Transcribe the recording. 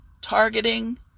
targeting